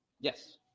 Yes